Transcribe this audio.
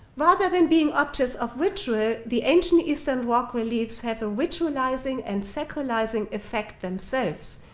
rather than being objects of ritual, the ancient eastern rock reliefs have a ritualizing and secularizing effect themselves,